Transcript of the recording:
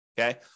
Okay